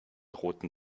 roten